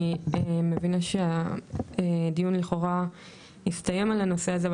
אני מבינה שהדיון לכאורה הסתיים על הנושא הזה,